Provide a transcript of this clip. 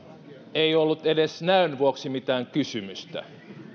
ei ollut edes näön vuoksi mitään kysymystä